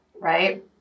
right